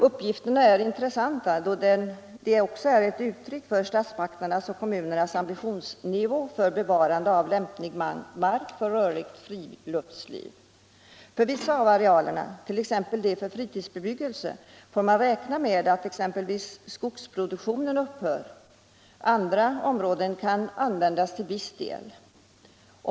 Uppgifterna är intressanta, eftersom de är ett uttryck för statsmakternas och kommunernas ambitionsnivå för bevarande av lämplig mark för rörligt friluftsliv. För vissa av arealerna, t.ex. de för fritidsbebyggelse, får man räkna med att skogsproduktionen upphör. Andra områden kan användas till viss del.